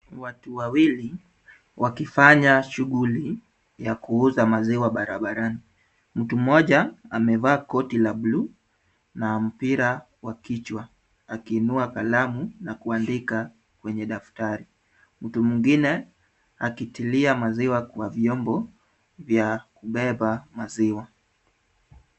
Watu wawili wakifanya shughuli ya kuuza maziwa barabarani, mtu mmoja amevaa koti la buluu na mpira wa kichwa akiinua kalamu na kuandika kwenye daftari. Mtu mwingine akitilia maziwa kwa viombo vya kubeba maziwa.